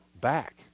back